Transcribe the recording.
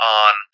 on